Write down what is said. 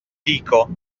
dico